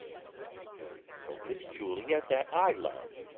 and so is julia that i love